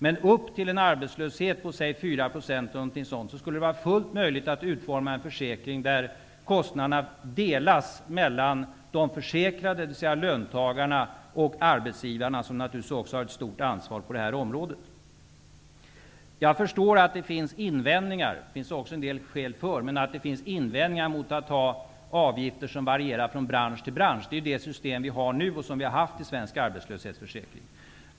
Men upp till en arbetslöshet på säg 4 % eller något sådant skulle det vara fullt möjligt att utforma en försäkring där kostnaderna delas mellan de försäkrade, dvs. löntagarna, och arbetsgivarna, som naturligtvis också har ett stort ansvar på det här området. Jag förstår att det finns invändningar -- det finns också en del skäl för -- mot att ha avgifter som varierar från bransch till bransch. Det är det system vi har nu och som vi har haft i svensk arbetslöshetsförsäkring.